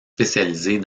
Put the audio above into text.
spécialisée